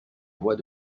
voix